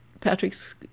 Patrick's